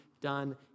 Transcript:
done